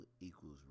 Equals